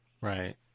Right